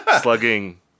slugging